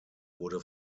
wurde